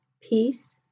peace